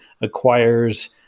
acquires